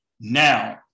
Now